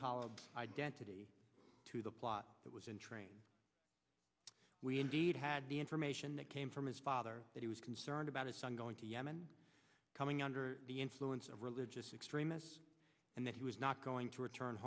talaga identity to the plot that was in train we indeed had the information that came from his father that he was concerned about his son going to yemen coming under the influence of religious extremists and that he was not going to return